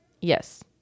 yes